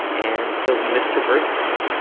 and so he missed her birthday.